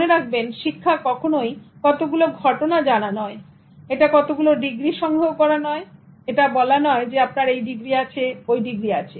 মনে রাখবেন শিক্ষা কখনোই কতগুলো ঘটনা জানা নয় এটা কতগুলো ডিগ্রী সংগ্রহ করা নয় এটা বলার নয় যে আপনার এই ডিগ্রী আছে ওই ডিগ্রী আছে